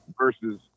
versus